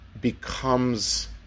becomes